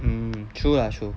mm true lah true